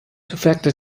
fact